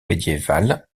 médiévale